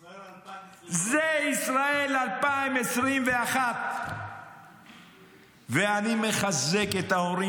ישראל 2025. זה ישראל 2021. ואני מחזק את ההורים